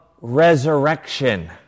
resurrection